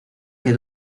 que